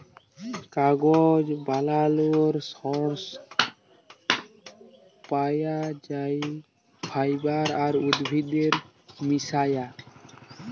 কাগজ বালালর সর্স পাই যাই ফাইবার আর উদ্ভিদের মিশায়া